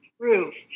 proof